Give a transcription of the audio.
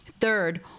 third